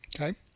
okay